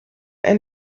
ein